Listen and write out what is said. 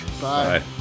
Bye